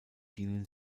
dienen